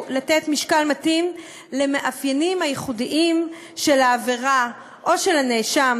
לתת משקל מתאים למאפיינים הייחודיים של העבירה או של הנאשם,